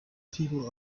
people